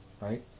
right